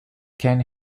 ken